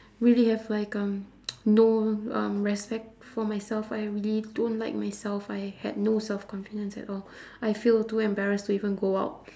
really have like um no um respect for myself I really don't like myself I had no self-confidence at all I feel too embarrassed to even go out